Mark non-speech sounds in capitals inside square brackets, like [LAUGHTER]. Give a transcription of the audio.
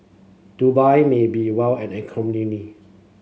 Dubai may be well an [UNINTELLIGIBLE]